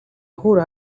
ahura